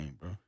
bro